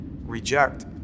reject